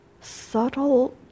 subtle